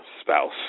spouse